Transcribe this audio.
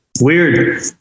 Weird